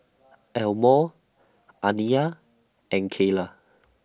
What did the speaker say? Elmore Aniya and Keyla